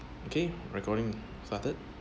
okay recording started